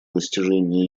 достижении